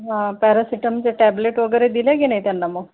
हा पॅरासिटमचे टॅबलेट वगैरे दिले की नाही त्यांना मग